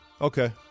Okay